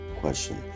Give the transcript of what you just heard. question